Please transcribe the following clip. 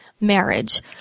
marriage